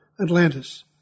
Atlantis